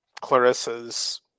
Clarissa's